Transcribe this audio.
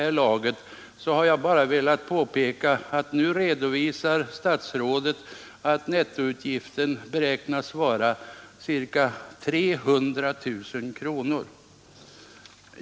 Jag har därför velat påpeka att statsrådet nu redovisar att nettoutgiften beräknas bli ca 300 000 kronor.